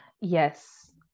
yes